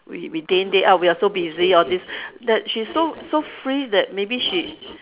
we we day in day out we're so busy all these that she's so so free that maybe she